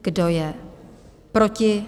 Kdo je proti?